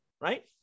right